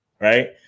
Right